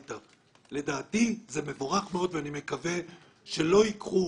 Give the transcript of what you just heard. לדעתי זה מבורך מאוד ואני מקווה שלא ייקחו